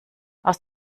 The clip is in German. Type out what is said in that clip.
aus